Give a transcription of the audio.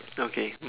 okay